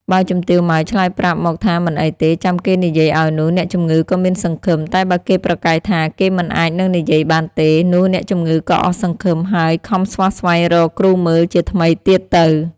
បើជំទាវ ម៉ៅ ឆ្លើយប្រាប់មកថាមិនអីទេ ចាំគេនិយាយឲ្យនោះ អ្នកជំងឺក៏មានសង្ឃឹម តែបើគេប្រកែកថា គេមិនអាចនឹងនិយាយបានទេ នោះអ្នកជំងឺក៏អស់សង្ឃឹម ហើយខំស្វះស្វែងរកគ្រូមើលជាថ្មីទៀតទៅ ។